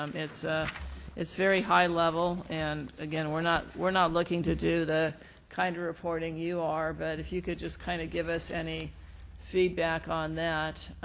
um it's ah it's very high level and again we're not we're not looking to do the kind of reporting you are, but if you could just kind of give us any feedback on that,